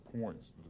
points